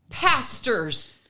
Pastors